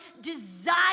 desire